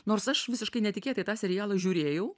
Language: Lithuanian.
nors aš visiškai netikėtai tą serialą žiūrėjau